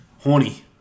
horny